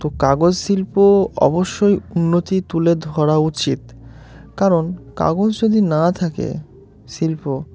তো কাগজ শিল্প অবশ্যই উন্নতি তুলে ধরা উচিত কারণ কাগজ যদি না থাকে শিল্প